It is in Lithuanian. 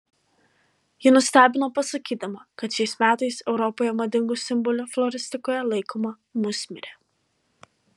ji nustebino pasakydama kad šiais metais europoje madingu simboliu floristikoje laikoma musmirė